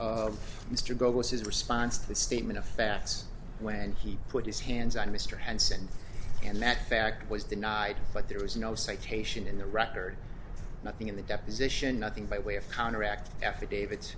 of mr grove was his response to the statement of facts when he put his hands on mr henson and that fact was denied but there was no citation in the record nothing in the deposition nothing by way of contract affidavit